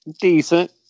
decent